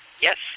Yes